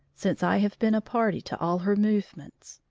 since i have been a party to all her movements.